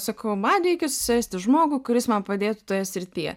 sakau man reikia susirasti žmogų kuris man padėtų toje srityje